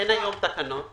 אין היום תקנות.